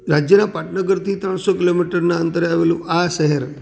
રાજ્યના પાટનગરથી ત્રણસો કિલોમીટરના અંતરે આવેલું આ શહેર